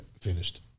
finished